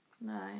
no